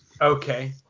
okay